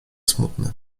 smutny